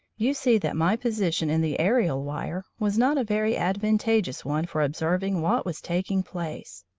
you see that my position in the aerial wire was not a very advantageous one for observing what was taking place.